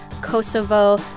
Kosovo